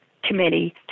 committee